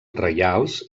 reials